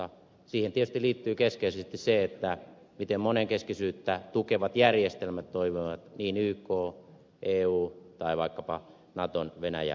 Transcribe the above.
siihen tietysti liittyy keskeisesti se miten monenkeskisyyttä tukevat järjestelmät toimivat yk eu tai vaikkapa natovenäjä neuvosto